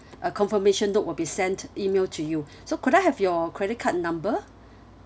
a confirmation note will be sent email to you so could I have your credit card number